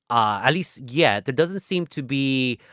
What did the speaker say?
ah least yet. there doesn't seem to be